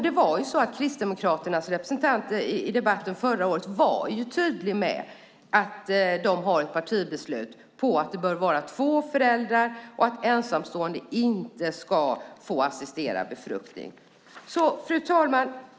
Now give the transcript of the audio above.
Det var ju så att Kristdemokraternas representant i debatten förra året var tydlig med att de har ett partibeslut om att det bör vara två föräldrar och att ensamstående inte ska få assisterad befruktning. Fru talman!